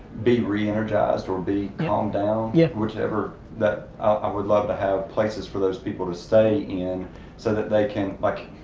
be re-energized, or be calmed down. yeah. whichever, that i would love to have places for those people to stay in so that they can, like,